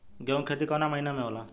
गेहूँ के खेती कवना महीना में होला?